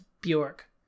Bjork